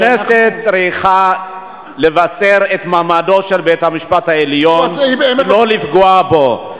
הכנסת צריכה לבצר את מעמדו של בית-המשפט העליון ולא לפגוע בו.